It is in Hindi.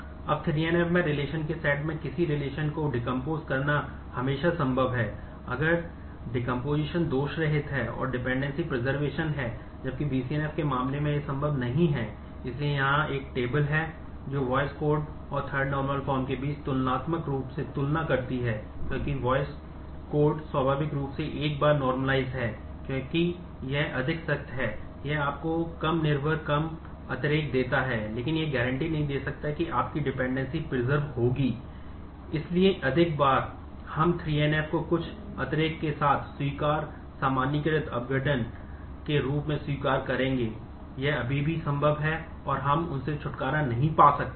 अब 3NF में रिलेशन के रूप में स्वीकार करेंगे यह अभी भी संभव है और हम उनसे छुटकारा नहीं पा सकते हैं